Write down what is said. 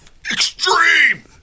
extreme